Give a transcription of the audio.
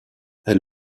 elle